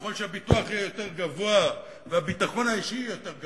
וככל שהביטוח יהיה יותר גבוה והביטחון האישי יהיה יותר גבוה,